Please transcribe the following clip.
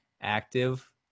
active